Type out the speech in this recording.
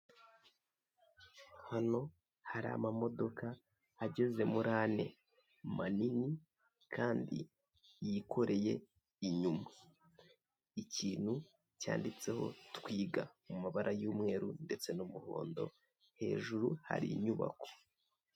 Hano hari amamodoka ageze muri ane manini kandi yikoreye inyuma ikintu cyanditseho twiga mu mabara y'umweru ndetse n'umuhondo. Hejuru hari inyubako.